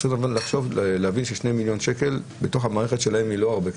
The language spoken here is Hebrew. רצוי אבל להבין ש-2 מיליון שקל בתוך המערכת שלהם זה לא הרבה כסף.